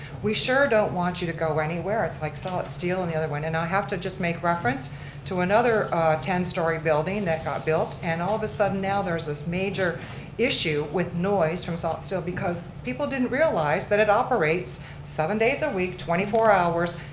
we sure don't want you to go anywhere. it's like salit steel and the other one, and i'll have to just make reference to another ten story building that got built, and all of a sudden, now there's this major issue with noise from salit steel because people didn't realize that it operates seven days a week, twenty four hours,